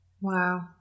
Wow